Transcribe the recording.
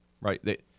right